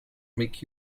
make